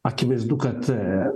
akivaizdu kad